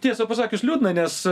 tiesa pasakius liūdna nes